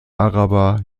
araber